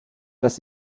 dass